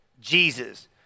Jesus